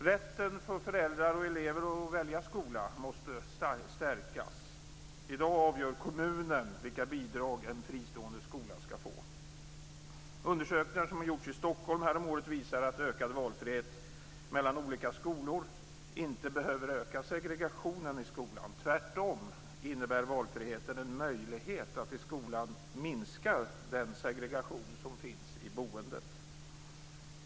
Rätten för föräldrar och elever att välja skola måste stärkas. I dag avgör kommunen vilka bidrag en fristående skola skall få. Undersökningar som har gjorts i Stockholm häromåret visar att ökad valfrihet mellan olika skolor inte behöver öka segregationen i skolan. Tvärtom innebär valfriheten en möjlighet att i skolan minska den segregation som finns i boendet.